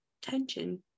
tension